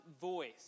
voice